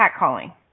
catcalling